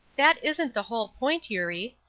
that isn't the whole point, eurie.